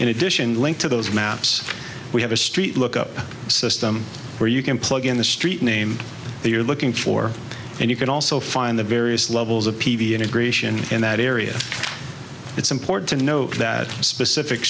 in addition link to those maps we have a street look up system where you can plug in the street name they are looking for and you can also find the various levels of p v integration in that area it's important to note that specific